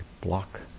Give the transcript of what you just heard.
block